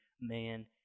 man